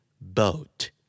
boat